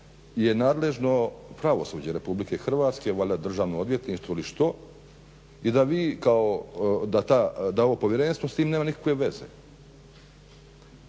je nadležno pravosuđe RH, valjda Državno odvjetništvo ili što i da vi kao, da ovo povjerenstvo s tim nema nikakve veze.